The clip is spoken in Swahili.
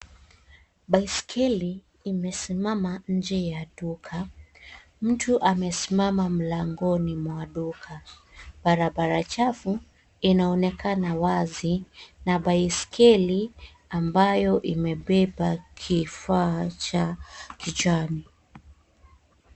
Baiskeli imesimama nje ya duka. Mtu amesimama mlangoni mwa duka. Barabara chafu inaonekana wazi na baiskeli ambayo imebeba kifaa cha kijani.